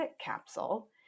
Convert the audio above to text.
capsule